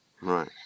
Right